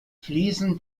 fließen